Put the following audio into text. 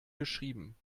geschrieben